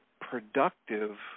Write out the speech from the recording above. productive